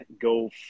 go